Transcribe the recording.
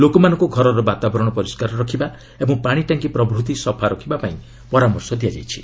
ଲୋକମାନଙ୍କୁ ଘରର ବାତାବରଣ ପରିଷ୍କାର ରଖିବା ଓ ପାଣି ଟାଙ୍କି ପ୍ରଭୂତି ସଫା ରଖିବାପାଇଁ ମଧ୍ୟ ପରାମର୍ଶ ଦିଆଯାଇଛି